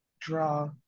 draw